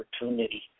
opportunity